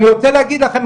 ואני רוצה להגיד לכם,